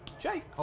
Jake